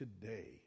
today